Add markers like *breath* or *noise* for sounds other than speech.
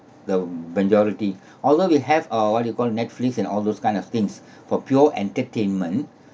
the majority *breath* although we have uh what we call netflix and all those kind of things *breath* for pure entertainment